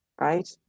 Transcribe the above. right